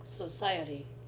society